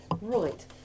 Right